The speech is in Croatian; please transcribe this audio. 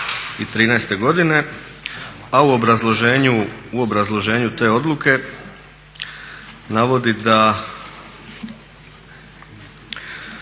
2013.godine, a u obrazloženju te odluke navodi da